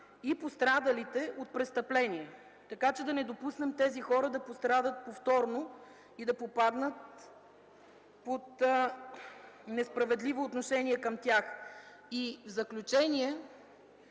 „и пострадалите от престъпление”. Така че да не допуснем тези хора да пострадат повторно и да попаднат под несправедливо отношение към тях. В заключение,